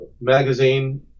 magazine